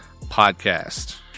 podcast